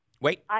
Wait